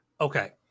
Okay